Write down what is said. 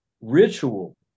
ritual